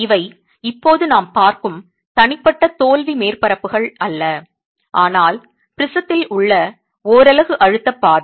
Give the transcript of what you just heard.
இவை இப்போது நாம் பார்க்கும் தனிப்பட்ட தோல்வி மேற்பரப்புகள் அல்ல ஆனால் ப்ரிஸத்தில் உள்ள ஓரலகு அழுத்த பாதை